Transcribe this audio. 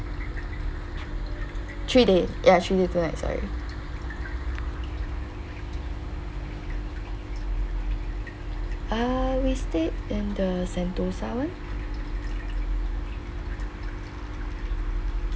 three day ya three day two night sorry uh we stayed in the sentosa [one]